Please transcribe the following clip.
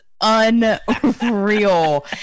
unreal